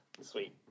Sweet